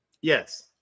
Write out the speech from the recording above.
Yes